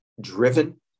driven